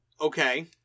okay